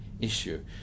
issue